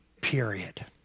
period